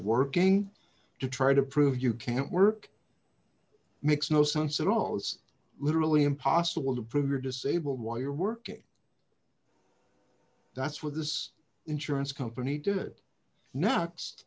working to try to prove you can't work makes no sense at all it's literally impossible to prove you're disabled while you're working that's what this insurance company did n